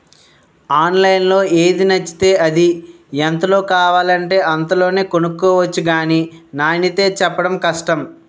ఆన్లైన్లో ఏది నచ్చితే అది, ఎంతలో కావాలంటే అంతలోనే కొనుక్కొవచ్చు గానీ నాణ్యతే చెప్పడం కష్టం